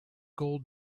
gold